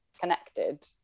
connected